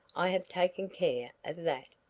i have taken care of that.